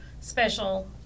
special